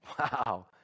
Wow